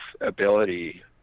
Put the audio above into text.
ability